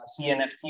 CNFT